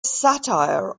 satire